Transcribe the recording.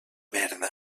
merda